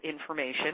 information